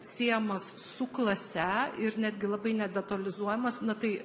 siejamas su klase ir netgi labai nedetalizuojamas na tai